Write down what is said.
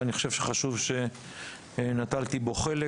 ואני חושב שחשוב שנטלתי בו חלק,